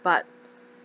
but